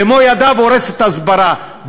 במו-ידיו הורס את ההסברה,